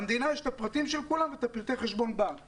למדינה יש את פרטי חשבון הבנק של כולם.